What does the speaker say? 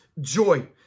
Joy